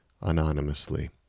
anonymously